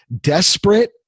desperate